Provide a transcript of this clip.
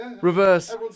reverse